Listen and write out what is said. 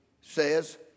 says